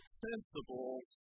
principles